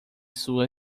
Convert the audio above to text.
sua